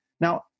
Now